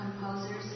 composers